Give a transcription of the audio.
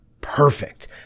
Perfect